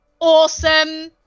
Awesome